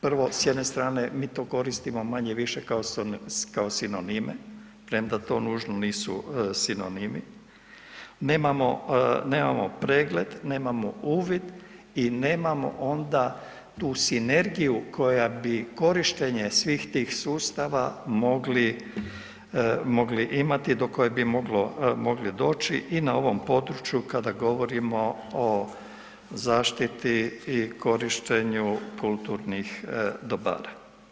Prvo s jedne strane mi to koristimo manje-više kao sinonime prema to nužno nisu sinonimi, nemamo pregled, nemamo uvid i nemamo onda tu sinergiju koja bi korištenje svih tih sustava mogli, mogli imati i do koje bi mogli doći i na ovom području kada govorimo o zaštiti i korištenju kulturnih dobara.